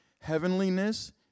heavenliness